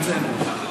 הוצאנו.